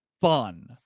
fun